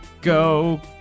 go